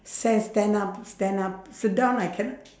sa~ stand up stand up sit down I cannot